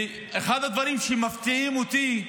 אחד הדברים שמפתיעים אותי,